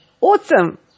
awesome